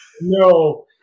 no